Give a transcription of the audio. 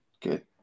good